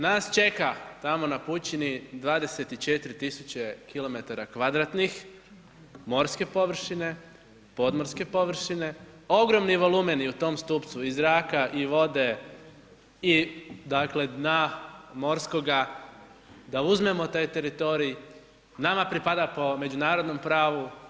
Nas čeka tamo na pučini 24 tisuće kilometara kvadratnih morske površine, podmorske površine, ogromni volumeni u tom stupcu i zraka, i vode, i dakle dna morskoga da uzmemo taj teritorij, nama pripada po međunarodnom pravu.